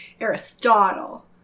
Aristotle